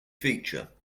feature